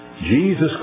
Jesus